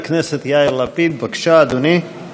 אחרונת המציעים,